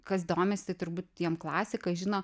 kas domisi turbūt tiem klasika žino